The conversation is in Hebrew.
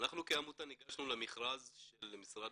אנחנו כעמותה ניגשנו למכרז של משרד